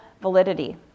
validity